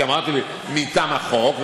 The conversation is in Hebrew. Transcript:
כי אמרתי מטעם החוק,